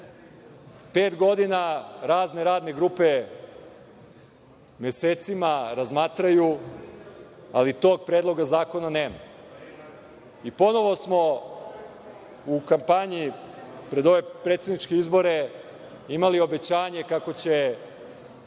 pet godina razne radne grupe mesecima razmatraju, ali tog predloga zakona nema. Ponovo smo u kampanji pred ove predsedničke izbore imali obećanje kako će